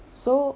so